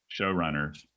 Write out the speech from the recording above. showrunners